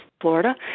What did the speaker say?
Florida